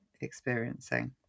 experiencing